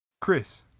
Chris